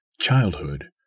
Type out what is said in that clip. Childhood